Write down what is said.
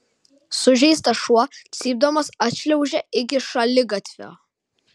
sužeistas šuo cypdamas atšliaužė iki šaligatvio